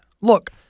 Look